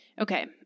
Okay